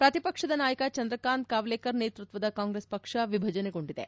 ಪ್ರತಿಪಕ್ಷದ ನಾಯಕ ಚಂದ್ರಕಾಂತ್ ಕವ್ಷೇಕರ್ ನೇತ್ವತ್ಷದ ಕಾಂಗ್ರೆಸ್ ಪಕ್ಷ ವಿಭಜನೆಗೊಂಡಿದೆ